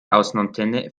außenantenne